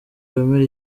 wemera